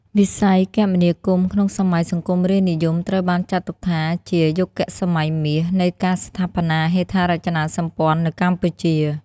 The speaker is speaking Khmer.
វិស័យគមនាគមន៍ក្នុងសម័យសង្គមរាស្ត្រនិយមត្រូវបានចាត់ទុកថាជា "យុគសម័យមាស" នៃការស្ថាបនាហេដ្ឋារចនាសម្ព័ន្ធនៅកម្ពុជា។